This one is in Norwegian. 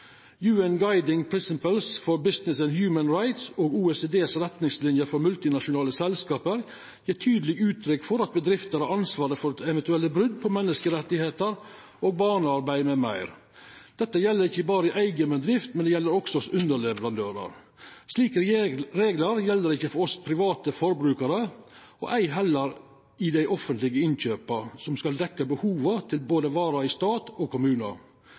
on Business and Human Rights og OECDs retningslinjer for multinasjonale selskap gjev tydeleg uttrykk for at bedrifter har ansvaret for eventuelle brot på menneskerettar og barnearbeid m.m. Dette gjeld ikkje berre i eiga bedrift, men også hos underleverandørar. Slike reglar gjeld ikkje for oss private forbrukarar, ei eller i dei offentlege innkjøpa som skal dekkja behova for varer i både stat og